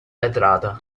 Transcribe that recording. vetrata